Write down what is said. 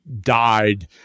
died